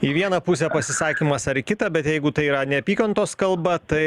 į vieną pusę pasisakymas ar į kitą bet jeigu tai yra neapykantos kalba tai